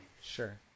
Sure